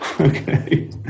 Okay